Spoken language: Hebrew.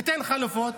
תיתן חלופות,